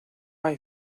hay